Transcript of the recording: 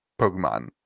Pokemon